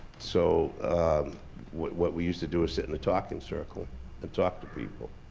so what what we used to do is sit in the talking circle and talk to people.